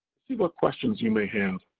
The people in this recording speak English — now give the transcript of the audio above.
see what questions you may have.